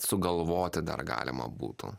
sugalvoti dar galima būtų